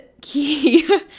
key